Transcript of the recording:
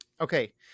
Okay